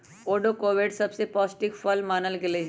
avocado सबसे पौष्टिक फल मानल गेलई ह